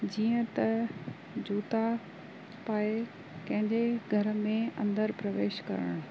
जीअं त जूता पाए कंहिंजे घर में अंदरु प्रवेश करणु